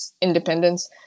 independence